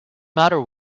matter